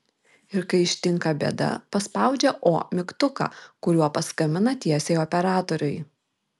ir kai ištinka bėda paspaudžia o mygtuką kuriuo paskambina tiesiai operatoriui